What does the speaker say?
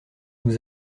nous